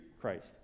Christ